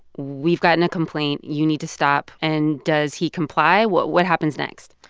we've gotten a complaint. you need to stop. and does he comply? what what happens next?